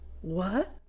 What